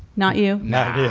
not you not